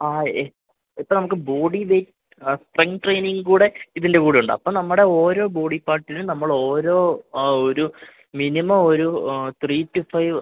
ആ ഇപ്പോള് നമുക്ക് ബോഡി വെയ്റ്റ് സ്ട്രെങ്ത് ട്രെയ്നിംഗ് കൂടെ ഇതിൻ്റെ കൂടെയുണ്ടാകും അപ്പോള് നമ്മുടെ ഓരോ ബോഡി പാർട്ടിനും നമ്മളോരോ ആ ഒരു മിനിമം ഒരു ത്രീ റ്റു ഫൈവ്